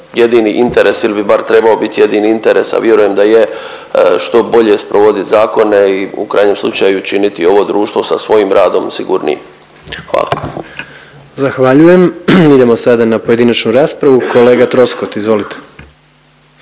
jedini interes ili bi bar trebao biti jedini interes a vjerujem da je što bolje sprovodit zakone i u krajnjem slučaju činiti ovo društvo sa svojim radom sigurnijim. Hvala. **Jandroković, Gordan (HDZ)** Zahvaljujem. Idemo sada na pojedinačnu raspravu, kolega Troskot izvolite.